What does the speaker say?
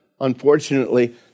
unfortunately